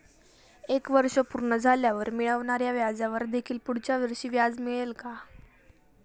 एक वर्ष पूर्ण झाल्यावर मिळणाऱ्या व्याजावर देखील पुढच्या वर्षी व्याज मिळेल का?